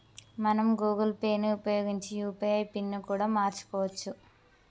మనం Google Pay ని ఉపయోగించి యూ.పీ.ఐ పిన్ ని కూడా మార్చుకోవచ్చు